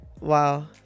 wow